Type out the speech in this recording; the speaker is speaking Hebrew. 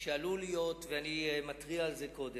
שעלול להיות בסוף שנת 2010. אני מתריע על זה קודם.